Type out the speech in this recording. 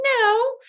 No